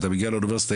אתה מגיע לאוניברסיטה,